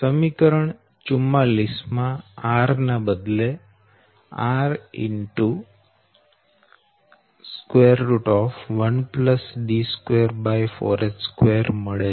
સમીકરણ 44 માં r ના બદલે r 1D24h2 મળે છે